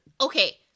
okay